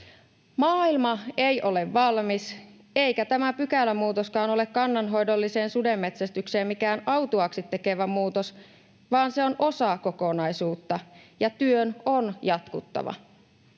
Maailma ei ole valmis, eikä tämä pykälämuutoskaan ole kannanhoidolliseen sudenmetsästykseen mikään autuaaksi tekevä muutos, vaan se on osa kokonaisuutta, ja työn on jatkuttava.